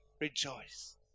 rejoice